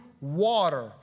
water